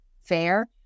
fair